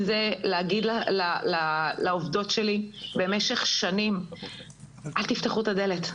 אם זה להגיד לעובדות שלי במשך שנים שלא יפתחו את הדלת,